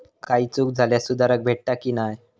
काही चूक झाल्यास सुधारक भेटता की नाय?